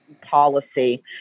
policy